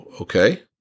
okay